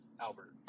Albert